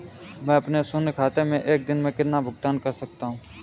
मैं अपने शून्य खाते से एक दिन में कितना भुगतान कर सकता हूँ?